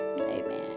Amen